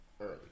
Early